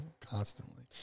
constantly